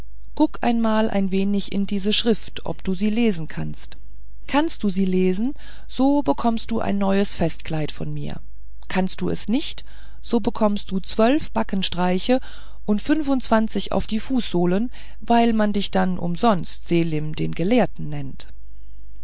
guck einmal ein wenig in diese schrift ob du sie lesen kannst kannst du sie lesen so bekommst du ein neues festkleid von mir kannst du es nicht so bekommst du zwölf backenstreiche und fünfundzwanzig auf die fußsohlen weil man dich dann umsonst selim den gelehrten nennt